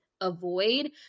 avoid